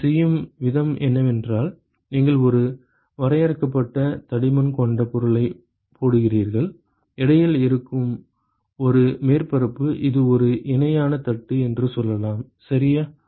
அதைச் செய்யும் விதம் என்னவென்றால் நீங்கள் ஒரு வரையறுக்கப்பட்ட தடிமன் கொண்ட பொருளைப் போடுகிறீர்கள் இடையில் இருக்கும் ஒரு மேற்பரப்பு இது ஒரு இணையான தட்டு என்று சொல்லலாம் சரியா